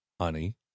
honey